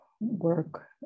work